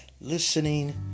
Listening